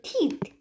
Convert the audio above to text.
teeth